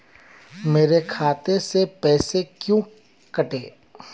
मेरे खाते से पैसे क्यों कटे?